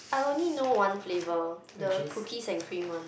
I only know one flavor the cookies and cream one